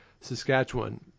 Saskatchewan